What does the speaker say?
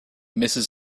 misses